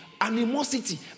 animosity